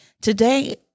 Today